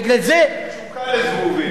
מצוקה לזבובים.